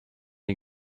you